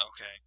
Okay